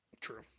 true